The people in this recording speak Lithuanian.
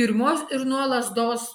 tiurmos ir nuo lazdos